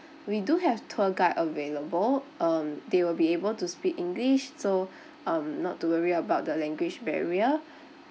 we do have tour guide available um they will be able to speak english so um not to worry about the language barrier